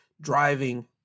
driving